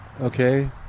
Okay